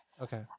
Okay